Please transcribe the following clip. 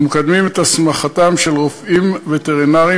ומקדמים את הסמכתם של רופאים וטרינרים